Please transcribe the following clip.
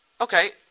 okay